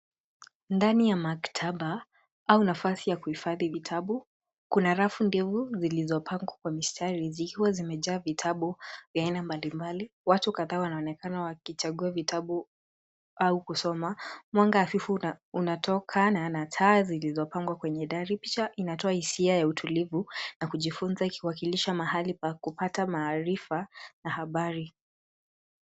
Ndani ya maktaba au nafasi ya kuhifadhi vitabu. Kuna rafu ndefu zilizopangwa kwa mistari zikiwa zimejaa vitabu vya aina mbalimbali. Watu kadhaa wanaonekana wakichagua vitabu au kusoma. Mwanga hafifu unatokana na taa zilizopangwa kwenye dari kisha inatoa hisia ya utulivu na kujifunza ikiwakilishwa mahali pa kupata maarifa na habari.